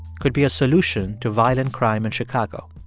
could be a solution to violent crime in chicago?